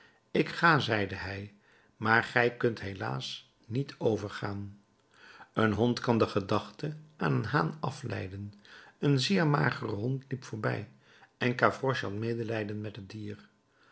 ik ga zeide hij maar gij kunt helaas niet overgaan een hond kan de gedachte aan een haan afleiden een zeer magere hond liep voorbij en gavroche had medelijden met het dier